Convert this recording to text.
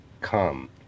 come